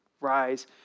Rise